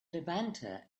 levanter